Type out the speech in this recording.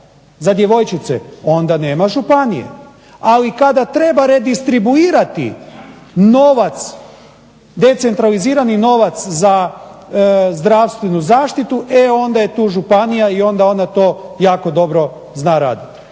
za djevojčice, onda nema županije, ali kada treba redistribuirati novac decentralizirani novac za zdravstvenu zaštitu e onda je tu županija i onda to ona jako dobro zna raditi.